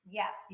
yes